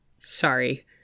Sorry